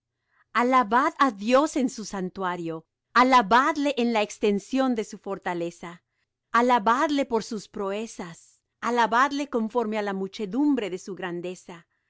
alabad á dios en su santuario alabadle en la extensión de su fortaleza alabadle por sus proezas alabadle conforme á la muchedumbre de su grandeza